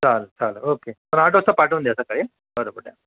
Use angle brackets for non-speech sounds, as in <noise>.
चालेल चालेल ओके पण आठ वाजता पाठवून द्या सकाळी <unintelligible>